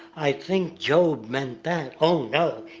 i think job meant that. oh no!